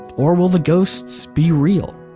or will the ghosts be real?